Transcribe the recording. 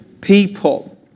people